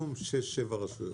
מקסימום שש, שבע.